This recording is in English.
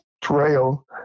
trail